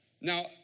Now